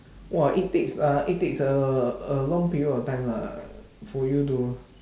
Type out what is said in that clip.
!wah! it takes uh it takes uh uh long period of time lah for you to